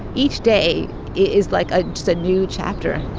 each day is like a just a new chapter